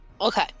okay